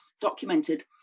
documented